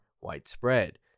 widespread